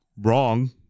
Wrong